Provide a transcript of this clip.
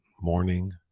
Morning